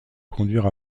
conduire